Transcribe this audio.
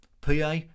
PA